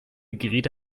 geräte